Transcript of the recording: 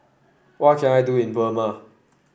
what can I do in Burma